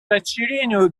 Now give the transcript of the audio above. расширению